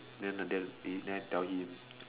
then the den then I tell him